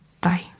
Bye